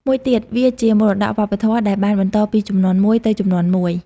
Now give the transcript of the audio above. មួយទៀត វាជាមរតកវប្បធម៌ ដែលបានបន្តពីជំនាន់មួយទៅជំនាន់មួយ។